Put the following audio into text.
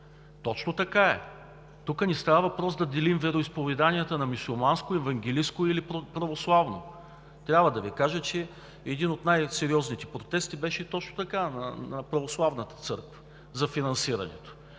Точно така е. Тук не става въпрос да делим вероизповеданията на мюсюлманско, евангелистко или православно. Трябва да Ви кажа, че един от най-сериозните протести за финансирането беше точно на Православната църква. Но в края